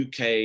UK